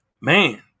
man